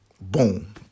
Boom